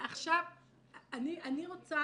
אני רוצה